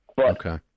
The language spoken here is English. Okay